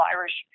Irish